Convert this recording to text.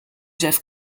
jeff